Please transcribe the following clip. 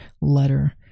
letter